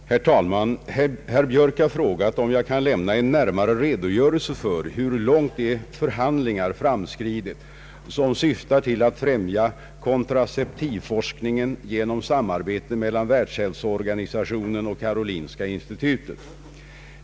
kontraceptivforskningen inom WHO och Karolinska institutet, och nu yttrade: Herr talman! Herr Björk har frågat om jag kan lämna en närmare redogörelse för hur långt de förhandlingar framskridit, som syftar till att främja kontraceptivforskningen genom samarbete mellan Världshälsoorganisationen och Karolinska institutet.